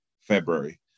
February